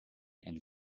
and